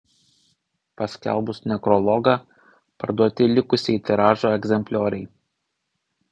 paskelbus nekrologą parduoti likusieji tiražo egzemplioriai